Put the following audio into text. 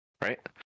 right